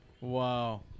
Wow